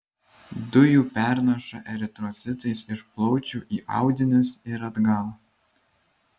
dujų pernaša eritrocitais iš plaučių į audinius ir atgal